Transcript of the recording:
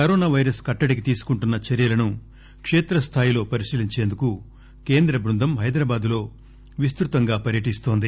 corona virus కట్టడికి తీసుకుంటున్న చర్యలను కేత్రస్థాయిలో పరిశీలించేందుకు కేంద్ర బృందం హైదరాబాద్ లో విస్తృతంగా పర్యటిస్తోంది